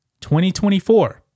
2024